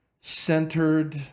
centered